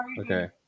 Okay